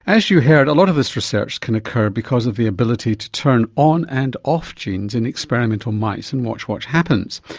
as you heard a lot of this research can occur because of the ability to turn on and off genes in experimental mice and watch what happens.